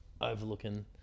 overlooking